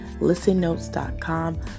listennotes.com